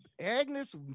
Agnes